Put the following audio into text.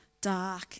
dark